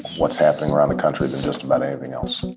what's happening around the country than just about anything else.